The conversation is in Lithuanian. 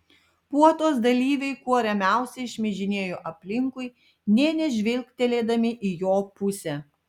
puotos dalyviai kuo ramiausiai šmižinėjo aplinkui nė nežvilgtelėdami į jo pusę